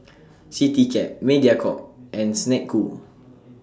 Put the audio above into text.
Citycab Mediacorp and Snek Ku